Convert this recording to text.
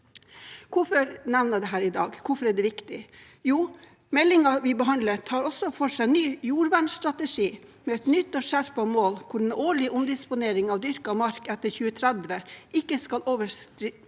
hvorfor er det viktig? Jo, meldingen vi behandler, tar også for seg ny jordvernstrategi, med et nytt og skjerpet mål hvor den årlige omdisponeringen av dyrket mark etter 2030 ikke skal overstige